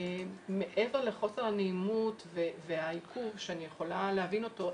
מעבר לחוסר הנעימות והעיכוב שאני יכולה להבין אותו,